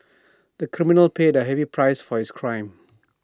the criminal paid A heavy price for his crime